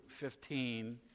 15